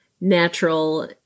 natural